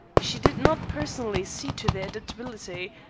she did not personally see to their adaptability,